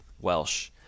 Welsh